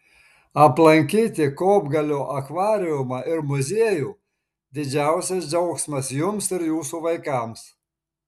aplankyti kopgalio akvariumą ir muziejų didžiausias džiaugsmas jums ir jūsų vaikams